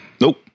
Nope